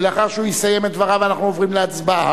ולאחר שהוא יסיים את דבריו אנחנו עוברים להצבעה.